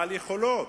בעל יכולות,